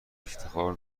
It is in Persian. افتخار